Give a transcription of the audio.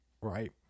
right